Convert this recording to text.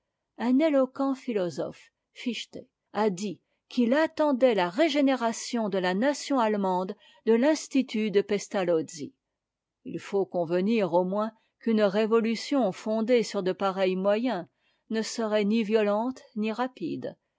un éloquent philosophe fichte a dit qu'il attendait la t'eyehero tom de la nation a emam e de l'insm de pe ao e t il faut convenir au moins qu'une révolution fondée sur de pareils moyens ne serait ni violente ni rapide